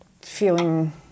feeling